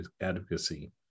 advocacy